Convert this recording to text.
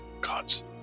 gods